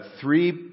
three